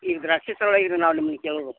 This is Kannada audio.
ಈ ದ್ರಾಕ್ಷಿ ಸಲ್ವಾಗಿ ಇದು ನಾವು ನಿಮ್ನ ಕೇಳೋದು